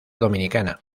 dominicana